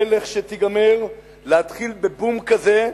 ולכשתיגמר, להתחיל ב"בום" כזה,